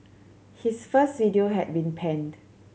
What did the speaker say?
his first video had been panned